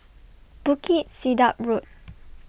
Bukit Sedap Road